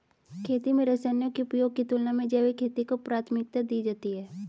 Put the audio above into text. खेती में रसायनों के उपयोग की तुलना में जैविक खेती को प्राथमिकता दी जाती है